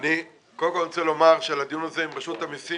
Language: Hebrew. אני רוצה לומר שלדיון הזה עם רשות המסים,